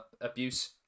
abuse